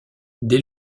dès